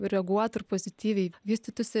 reaguotų ir pozityviai vystytųsi